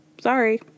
sorry